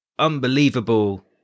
Unbelievable